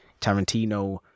Tarantino